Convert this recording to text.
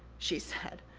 she said.